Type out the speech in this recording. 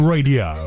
Radio